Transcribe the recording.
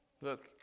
Look